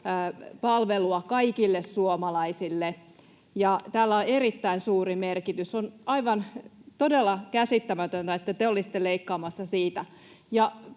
palvelua kaikille suomalaisille, ja tällä on erittäin suuri merkitys. On aivan todella käsittämätöntä, että te olisitte leikkaamassa siitä.